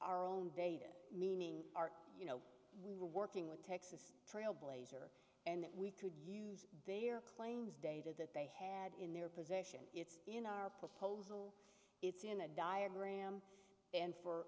our own data meaning our you know we were working with texas trailblazer and that we could use their claims data that they had in their possession it's in our proposal it's in a diagram and for